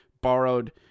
borrowed